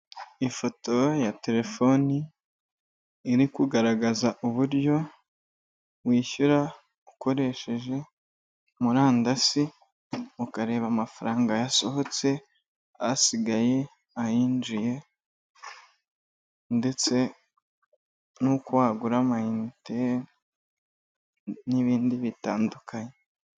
Ifoto ya telefoni, iri kugaragaza uburyo wishyura ukoresheje murandasi, ukareba amafaranga yasohotse, asigaye, ayinjiye, ndetse n'uko wagura amayinite, n'ibindi bitandukanye.